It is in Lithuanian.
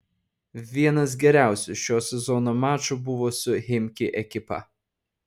vienas geriausių šio sezono mačų buvo su chimki ekipa